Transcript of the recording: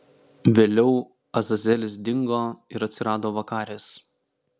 vėliau azazelis dingo ir atsirado vakaris